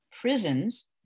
prisons